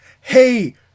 Hey